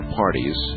parties